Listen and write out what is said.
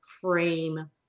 frame